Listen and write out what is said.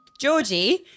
Georgie